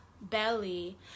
belly